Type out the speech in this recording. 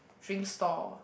drink stall